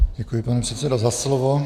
Děkuji, pane předsedo, za slovo.